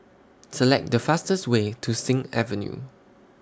Select The fastest Way to Sing Avenue